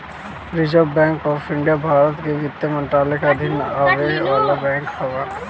reserve Bank of India Bharat कअ वित्त मंत्रालय के अधीन आवे वाला बैंक हअ